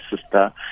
sister